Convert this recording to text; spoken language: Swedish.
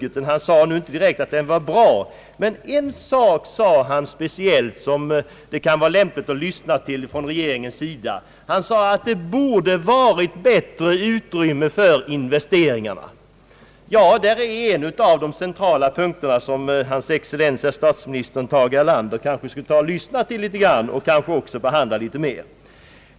Herr Hedlund nämnde inte direkt att den var bra, men speciellt en sak sade han, som det kan vara lämpligt för regeringen att lyssna på. Han sade att det borde ha varit bättre utrymme för investeringarna. Där är en av de centrala punkterna som hans excellens herr statsministern Tage Erlander kanske skulle lyssna till och behandla litet mera.